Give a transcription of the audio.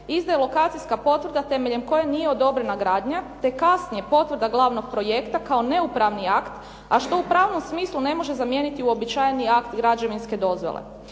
izdaje lokacijska potvrda temeljem koje nije odobrena gradnja te kasnije potvrda glavnog projekta kao neupravni akt, a što u pravnom smislu ne može zamijeniti uobičajeni akt građevinske dozvole.